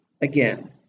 again